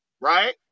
Right